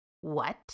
What